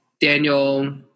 Daniel –